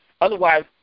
Otherwise